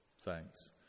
Thanks